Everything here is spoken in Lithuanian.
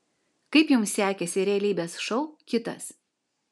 kaip jums sekėsi realybės šou kitas